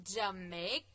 Jamaica